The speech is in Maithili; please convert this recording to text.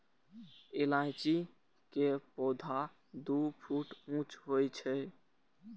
इलायची के पौधा दू फुट ऊंच होइ छै